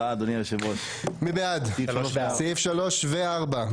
מי בעד אישור סעיף 3 ו-4?